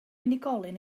unigolyn